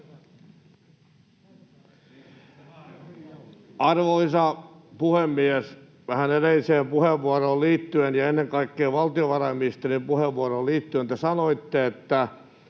Arvoisa puhemies! Vähän edelliseen puheenvuoroon liittyen ja ennen kaikkea valtiovarainministerin puheenvuoroon liittyen: te sanoitte, että